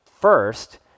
first